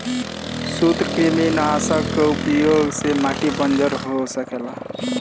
सूत्रकृमिनाशक कअ उपयोग से माटी बंजर भी हो सकेला